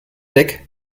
deck